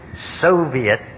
Soviet